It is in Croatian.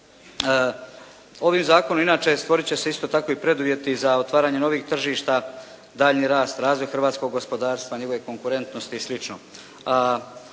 Ovim zakonom inače stvorit će se isto tako i preduvjeti za otvaranje novih tržišta, daljnji rast, razvoj hrvatskog gospodarstva, njegove konkurentnosti i